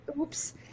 oops